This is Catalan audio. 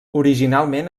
originalment